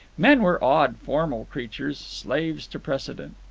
men were odd, formal creatures, slaves to precedent.